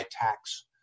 tax